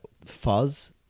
fuzz